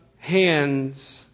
hands